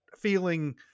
feeling